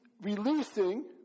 releasing